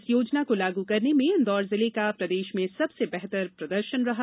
इस योजना को लागू करने में इंदौर जिले का प्रदेश में सबसे बेहतर प्रदर्शन रहा